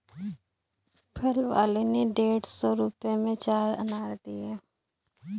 फल वाले ने डेढ़ सौ रुपए में चार अनार दिया